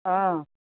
অঁ